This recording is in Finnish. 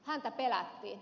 häntä pelättiin